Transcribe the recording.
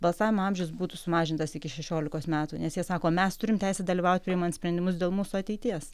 balsavimo amžius būtų sumažintas iki šešiolikos metų nes jie sako mes turim teisę dalyvaut priimant sprendimus dėl mūsų ateities